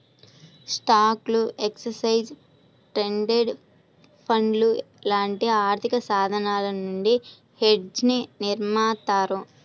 స్టాక్లు, exchange traded ఫండ్లు లాంటి ఆర్థికసాధనాల నుండి హెడ్జ్ని నిర్మిత్తారు